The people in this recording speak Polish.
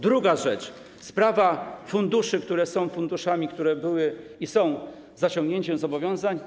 Druga rzecz to sprawa funduszy, które są funduszami, które były i są zaciągnięciem zobowiązań.